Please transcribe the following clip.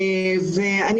גם